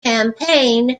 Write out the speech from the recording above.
campaign